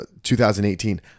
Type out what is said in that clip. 2018